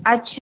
اچھا